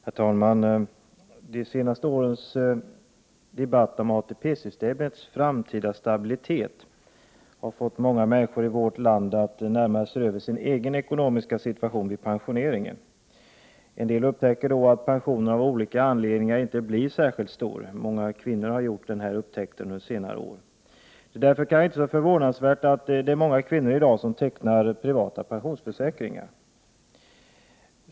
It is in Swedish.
Herr talman! De senaste årens debatt om ATP-systemets framtida stabilitet har fått många människor i vårt land att närmare se över hur deras ekonomiska situation kommer att se ut vid pensioneringen. En del upptäcker då att pensionen av olika anledningar inte kommer att bli särskilt stor. Många kvinnor har under senare år gjort den upptäckten. Det är därför inte så förvånansvärt att många kvinnor i dag tecknar privata pensionsförsäkringar.